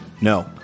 No